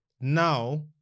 now